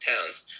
Towns